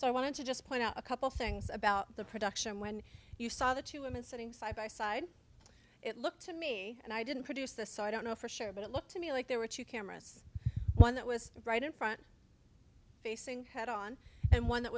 want to just point out a couple things about the production when you saw the two women sitting side by side it looked to me and i didn't produce the so i don't know for sure but it looked to me like there were two cameras one that was right in front facing head on and one that